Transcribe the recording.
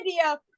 idea